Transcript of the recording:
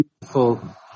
beautiful